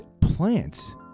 plants